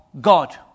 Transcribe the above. God